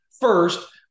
First